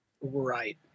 Right